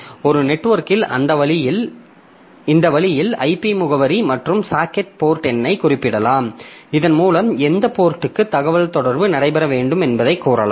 ஒரு நெட்வொர்க்கில் இந்த வழியில் IP முகவரி மற்றும் சாக்கெட் போர்ட் எண்ணைக் குறிப்பிடலாம் இதன் மூலம் எந்தத் போர்ட்க்கு தகவல் தொடர்பு நடைபெற வேண்டும் என்பதைக் கூறலாம்